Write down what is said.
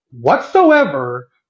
whatsoever